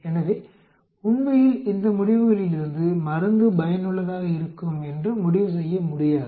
எனவே உண்மையில் இந்த முடிவுகளிலிருந்து மருந்து பயனுள்ளதாக இருக்கும் என்று முடிவு செய்ய முடியாது